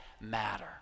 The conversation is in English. matter